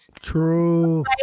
true